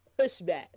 pushback